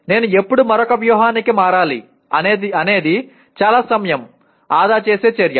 నేను ఎప్పుడు మరొక వ్యూహానికి మారాలి అనేది చాలా సమయం ఆదా చేసే చర్య